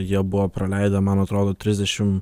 jie buvo praleidę man atrodo trisdešimt